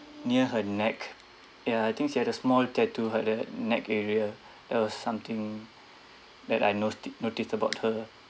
near her neck ya I think she had a small tattoo at the neck area that was something that I no~ noticed about her